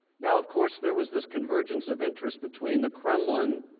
now of course there was this convergence of interest between the kremlin,